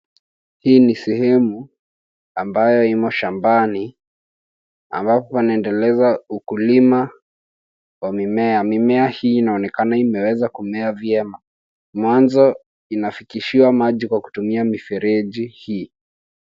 Hii ni sehemu ambayo imo shambani ambapo wanaendeleza ukulima wa mimea. Mimea hii inaonekana imeweza kumea vyema. Mwanzo inafikishiwa maji kwa kutumia mifereji hii.